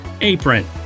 apron